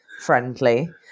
friendly